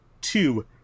Two